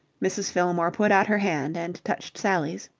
mrs. fillmore put out her hand and touched sally's.